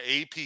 AP